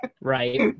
Right